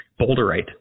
boulderite